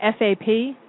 FAP